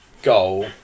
goal